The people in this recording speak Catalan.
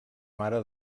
mare